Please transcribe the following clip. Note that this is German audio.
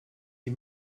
sie